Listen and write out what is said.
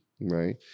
right